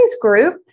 group